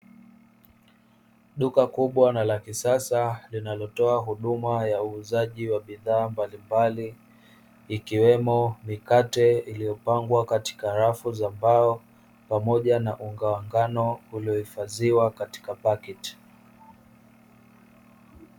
Duka kubwa na la kisasa, linalotoa huduma ya uuzaji wa bidhaa mbalimbali, ikiwemo mikate iliyopangwa katika rafu za mbao pamoja na unga wa ngano uliohifadhiwa katika paketi.